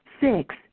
six